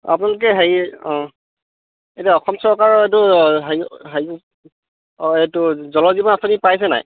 আপোনালোকে হেৰি অঁ এতিয়া অসম চৰকাৰৰ এইটো হেৰি এইটো অঁ এইটো জল জীৱন আঁচনি পাইছে নাই